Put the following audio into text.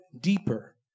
deeper